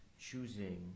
choosing